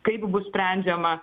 kaip bus sprendžiama